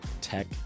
tech